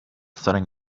setting